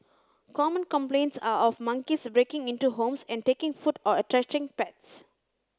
common complaints are of monkeys breaking into homes and taking food or attacking pets